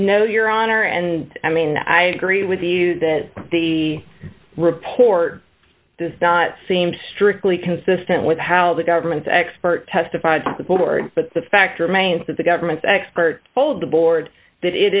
know your honor and i mean i agree with you that the report does not seem strictly consistent with how the government's expert testified to the board but the fact remains that the government's expert told the board that it